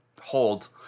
hold